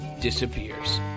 disappears